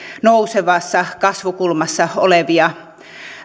nousevassa kasvukulmassa olevia